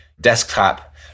desktop